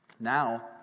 Now